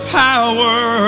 power